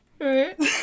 right